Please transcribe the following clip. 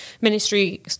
ministry